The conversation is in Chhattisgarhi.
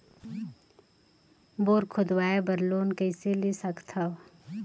बोर खोदवाय बर लोन कइसे ले सकथव?